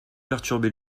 perturber